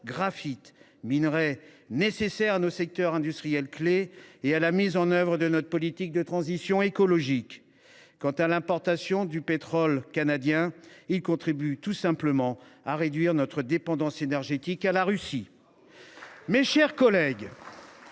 graphite –, minerais nécessaires à nos secteurs industriels clés et à la mise en œuvre de notre politique de transition écologique. Quant aux importations de pétrole canadien, elles contribuent tout simplement à réduire notre dépendance énergétique envers la Russie. Mes chers collègues,